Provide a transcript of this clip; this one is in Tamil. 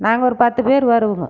நாங்கள் ஒரு பத்து பேர் வருவோங்க